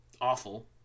awful